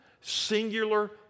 singular